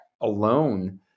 alone